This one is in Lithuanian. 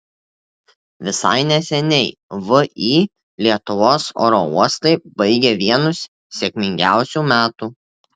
visai neseniai vį lietuvos oro uostai baigė vienus sėkmingiausių metų